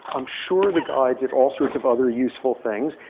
i'm sure the guy did all sorts of other useful things.